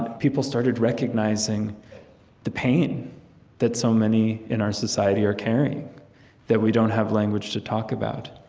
people started recognizing the pain that so many in our society are carrying that we don't have language to talk about.